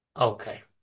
Okay